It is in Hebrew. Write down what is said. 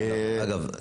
אגב,